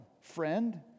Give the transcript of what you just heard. friend